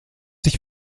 dich